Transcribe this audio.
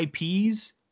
ips